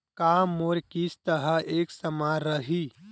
का मोर किस्त ह एक समान रही?